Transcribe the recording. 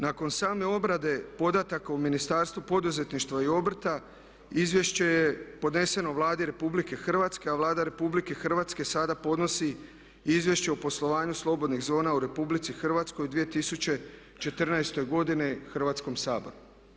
Nakon same obrade podataka u Ministarstvu poduzetništva i obrta izvješće je podneseno Vladi RH, a Vlada RH sada podnosi Izvješće o poslovanju slobodnih zona u RH u 2014. godini Hrvatskom saboru.